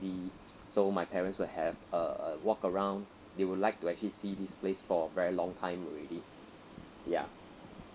so my parents will have a walk around they would like to actually see this place for a very long time already ya